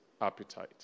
appetite